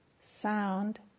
sound